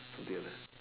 forgiven